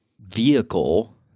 vehicle